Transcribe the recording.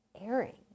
airing